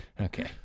okay